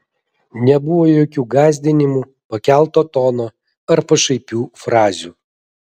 nebuvo jokių gąsdinimų pakelto tono ar pašaipių frazių